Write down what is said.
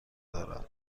دارم